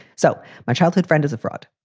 so my childhood friend is a fraud.